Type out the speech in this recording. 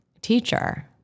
teacher